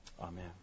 Amen